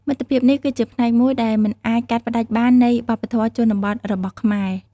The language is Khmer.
មិត្តភាពនេះគឺជាផ្នែកមួយដែលមិនអាចកាត់ផ្តាច់បាននៃវប្បធម៌ជនបទរបស់ខ្មែរ។